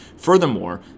Furthermore